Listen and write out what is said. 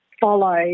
follow